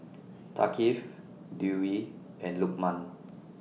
Thaqif Dewi and Lukman